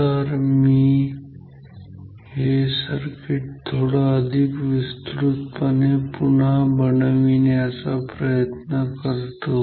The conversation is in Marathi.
तर मी हे सर्किट थोडं अधिक विस्तृतपणे पुन्हा बनविण्याचा प्रयत्न करतो